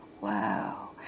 Wow